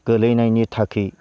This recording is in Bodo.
गोलैनायनि थाखै